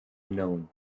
known